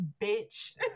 bitch